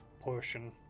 portion